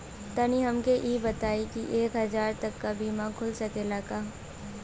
तनि हमके इ बताईं की एक हजार तक क बीमा खुल सकेला का?